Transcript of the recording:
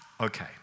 Okay